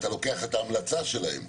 אתה לוקח את ההמלצה שלהם.